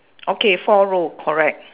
okay four row correct